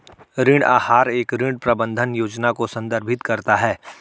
ऋण आहार एक ऋण प्रबंधन योजना को संदर्भित करता है